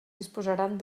disposaran